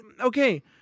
okay